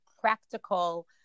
practical